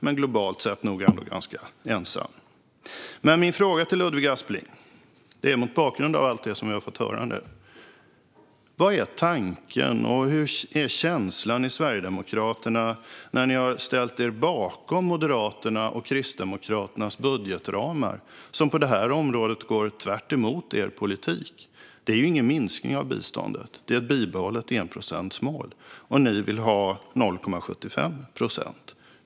Men globalt sett är han nog ganska ensam. Min fråga till Ludvig Aspling, mot bakgrund av allt det som vi nu har fått höra, är: Vad är tanken, och hur är känslan i Sverigedemokraterna, när ni har ställt er bakom Moderaternas och Kristdemokraternas budgetramar som på detta område går tvärtemot er politik? De föreslår ingen minskning av biståndet utan ett bibehållet enprocentsmål, och ni vill ha 0,75 procent.